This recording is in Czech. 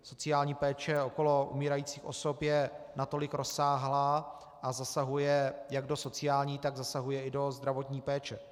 Sociální péče okolo umírajících osob je natolik rozsáhlá a zasahuje jak do sociální, tak i do zdravotní péče.